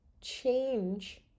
change